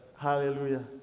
Hallelujah